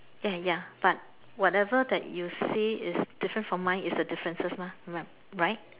ya ya but whatever that you say is different from mine is the differences mah ri~right